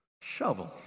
shovel